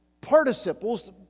participles